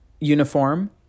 uniform